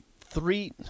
three